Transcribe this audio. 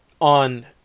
on